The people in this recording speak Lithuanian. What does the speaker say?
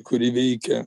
kuri veikia